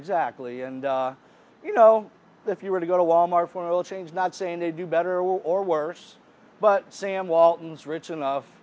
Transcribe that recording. exactly and you know if you were to go to wal mart for all change not saying they do better or worse but sam walton's rich enough